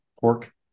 pork